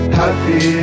happy